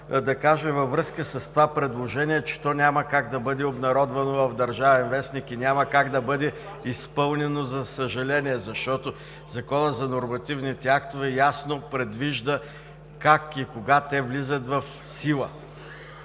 във връзка с това предложение, че то няма как да бъде обнародвано в „Държавен вестник“ и няма как да бъде изпълнено, за съжаление, защото Законът за нормативните актове ясно предвижда как и кога те влизат в сила.